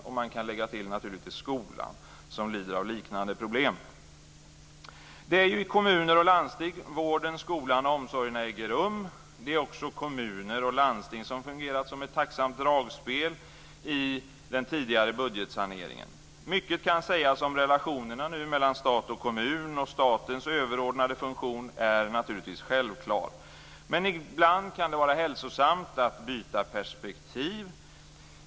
Man kan naturligtvis också lägga till skolan, som lider av liknande problem. Det är kommuner och landsting som står för vården, skolan och omsorgerna. Det är också kommuner och landsting som fungerat som ett tacksamt dragspel i den tidigare budgetsaneringen. Mycket kan sägas om relationerna mellan stat och kommun, och statens överordnade funktion är självklar. Men ibland kan det vara hälsosamt att byta perspektiv.